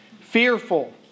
Fearful